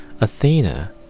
Athena